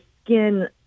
skin